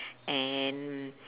and